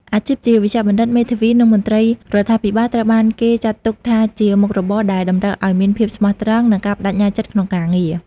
អាជីពជាវេជ្ជបណ្ឌិត មេធាវី និងមន្ត្រីរដ្ឋាភិបាលត្រូវបានគេចាត់ទុកថាជាមុខរបរដែលតម្រូវឲ្យមានភាពស្មោះត្រង់ និងការប្តេជ្ញាចិត្តក្នុងការងារ។